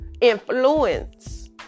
influence